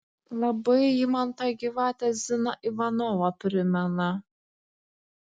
labai ji man tą gyvatę ziną ivanovą primena